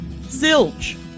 Zilch